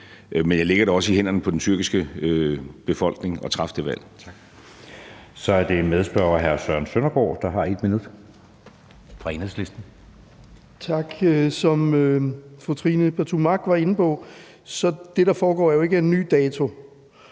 Men jeg lægger det også i hænderne på den tyrkiske befolkning at træffe det valg.